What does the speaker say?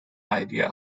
idea